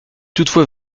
toutefois